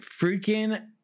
freaking